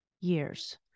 years